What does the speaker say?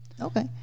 Okay